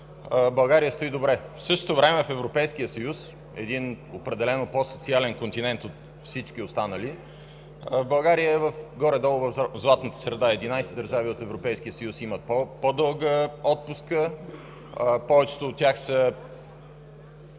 България стои добре. В същото време в Европейския съюз – един определено по-социален континент от всички останали, България е горе-долу в златната среда. В Европейския съюз в 11 държави има по-дълга отпуска. За повечето от тях не